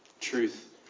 truth